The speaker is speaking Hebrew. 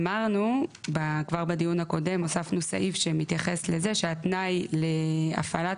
אמרנו כבר בדיון הקודם הוספנו סעיף שמתייחס לזה שהתנאי להפעלת